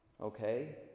Okay